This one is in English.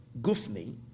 gufni